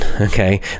okay